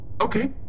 Okay